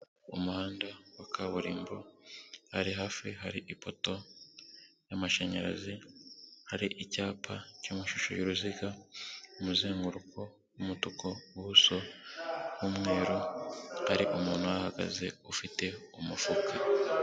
Umuhanda wa kaburimbo, hari hafi hari ipoto y'amashanyarazi, hari icyapa cyamashusho y'uruziga, umuzenguruko w'umutuku, ubuso bw'umweru, hari umuntu uhagaze ufite umufuka.